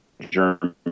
Germany